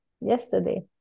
yesterday